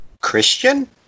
Christian